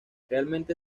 realmente